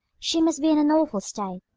she must be in an awful state.